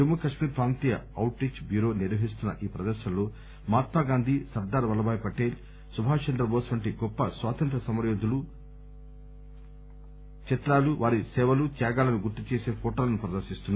జమ్ము కశ్మీర్ ప్రాంతీయ outreach bureau నిర్వహిస్తున్న ఈ ప్రదర్శనలో మహాత్మగాంధీ సర్దార్ వల్లభ్ భాయ్ పటేల్ సుభాశ్ చంద్రబోస్ వంటి గొప్ప స్వాతంత్య సమరయోధుల సేవలు త్యాగాలను గుర్తుచేసి ఫొటోలను ప్రదర్శిస్తున్నారు